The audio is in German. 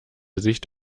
sicht